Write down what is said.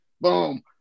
boom